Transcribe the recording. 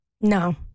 no